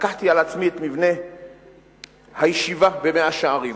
לקחתי על עצמי את מבנה הישיבה במאה- שערים.